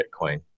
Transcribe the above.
Bitcoin